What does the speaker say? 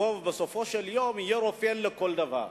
ובסופו של יום יהיה רופא לכל דבר,